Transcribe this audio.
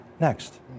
next